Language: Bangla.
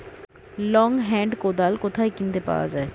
লং হেন্ড কোদাল কোথায় কিনতে পাওয়া যায়?